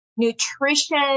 nutrition